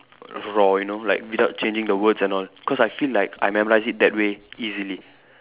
raw you know like without changing the words and all cause I feel like I memorise it that way easily